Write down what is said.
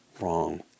wrong